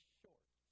short